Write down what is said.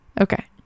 okay